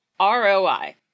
ROI